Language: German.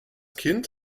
kind